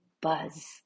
buzz